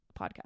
podcast